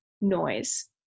noise